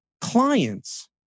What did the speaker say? clients